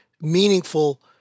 meaningful